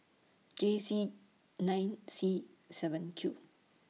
J Z nine C seven Q